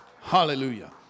Hallelujah